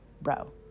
bro